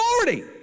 authority